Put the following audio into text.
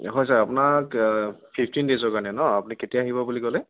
হয় ছাৰ আপোনাক ফিফটিন দেইজৰ কাৰণে ন আপুনি কেতিয়া আহিব বুলি ক'লে